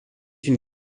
une